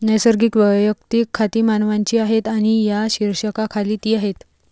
नैसर्गिक वैयक्तिक खाती मानवांची आहेत आणि या शीर्षकाखाली ती आहेत